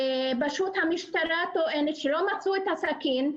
המשטרה טוענת שלא מצאו את הסכין,